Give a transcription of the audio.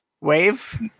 Wave